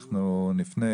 אנחנו נפנה